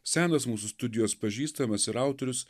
senas mūsų studijos pažįstamas ir autorius